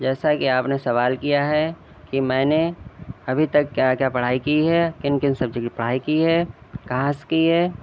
جیسا کہ آپ نے سوال کیا ہے کہ میں نے ابھی تک کیا کیا پڑھائی کی ہے کن کن سبجیکٹ کی پڑھائی کی ہے کہاں سے کی ہے